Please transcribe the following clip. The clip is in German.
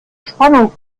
spannung